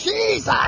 Jesus